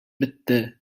бетте